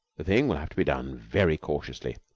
the thing will have to be done very cautiously.